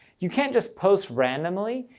you can't just post randomly.